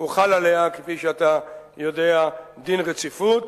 הוחל עליה, כפי שאתה יודע, דין רציפות.